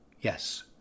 Yes